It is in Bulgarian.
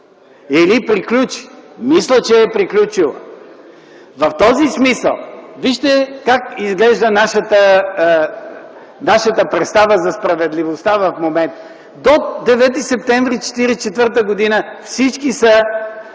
Или приключи. Мисля, че я е приключила. В този смисъл вижте как изглежда нашата представа за справедливостта в момента. До 9 септември 1944 г. всички